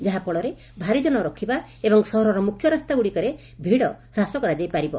ଯାହାଫଳରେ ଭାରିଯାନ ରଖିବା ଏବଂ ସହରର ମୁଖ୍ୟ ରାସ୍ତାଗୁଡ଼ିକରେ ଭିଡ଼ ହ୍ରାସ କରାଯାଇପାରିବ